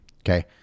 Okay